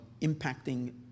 impacting